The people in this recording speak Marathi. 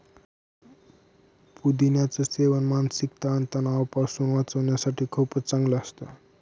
पुदिन्याच सेवन मानसिक ताण तणावापासून वाचण्यासाठी खूपच चांगलं असतं